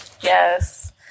Yes